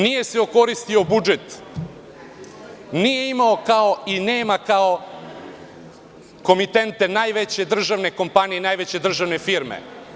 Nije se okoristio o budžet, nije imao i nema kao komitente najveće državne kompanije i najveće državne firme.